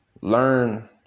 learn